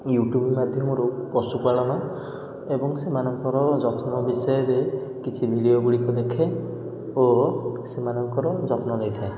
YouTube ମାଧ୍ୟମରୁ ପଶୁପାଳନ ଏବଂ ସେମାନଙ୍କର ଯତ୍ନ ବିଷୟରେ କିଛି ଭିଡ଼ିଓଗୁଡ଼ିକୁ ଦେଖେ ଓ ସେମାନଙ୍କର ଯତ୍ନ ନେଇଥାଏ